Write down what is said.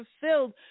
fulfilled